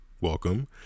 welcome